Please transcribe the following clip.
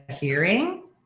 hearing